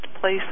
place